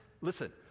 listen